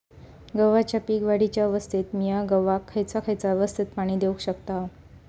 गव्हाच्या पीक वाढीच्या अवस्थेत मिया गव्हाक खैयचा खैयचा अवस्थेत पाणी देउक शकताव?